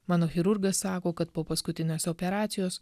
mano chirurgas sako kad po paskutinės operacijos